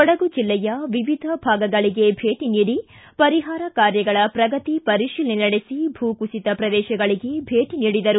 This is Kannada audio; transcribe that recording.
ಕೊಡಗು ಜಿಲ್ಲೆಯ ವಿವಿಧ ಭಾಗಗಳಿಗೆ ಭೇಟಿ ನೀಡಿ ಪರಿಹಾರ ಕಾರ್ಯಗಳ ಪ್ರಗತಿ ಪರಿಶೀಲನೆ ನಡೆಸಿ ಭೂ ಕುಸಿತ ಪ್ರದೇಶಗಳಿಗೆ ಭೇಟಿ ನೀಡಿದರು